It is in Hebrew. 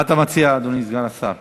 מה אתה מציע, אדוני סגן השר?